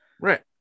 Right